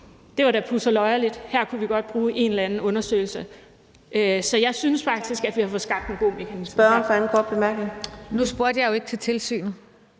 Det var da pudseløjerligt; her kunne vi da godt bruge en eller anden undersøgelse. Så jeg synes faktisk, at vi har fået skabt en god mekanisme [lydudfald]. Kl.